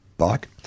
bike